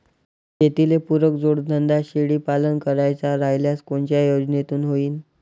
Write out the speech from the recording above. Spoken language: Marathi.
शेतीले पुरक जोडधंदा शेळीपालन करायचा राह्यल्यास कोनच्या योजनेतून होईन?